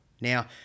Now